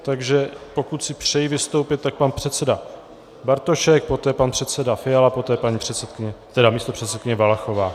Takže pokud si přejí vystoupit, tak pan předseda Bartošek, poté pan předseda Fiala, poté paní místopředsedkyně Valachová.